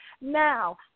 now